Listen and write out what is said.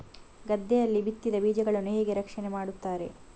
ಗದ್ದೆಯಲ್ಲಿ ಬಿತ್ತಿದ ಬೀಜಗಳನ್ನು ಹೇಗೆ ರಕ್ಷಣೆ ಮಾಡುತ್ತಾರೆ?